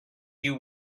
you